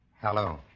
Hello